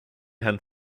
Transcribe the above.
herrn